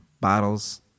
Bottles